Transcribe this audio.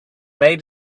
made